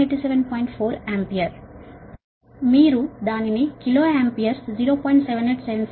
4 ampere మీరు దానిని kilo ampere 0